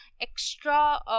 extra